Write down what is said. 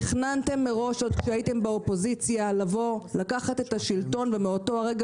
תכננתם מראש עוד כשהייתם באופוזיציה לבוא ולקחת את השלטון ומאותו רגע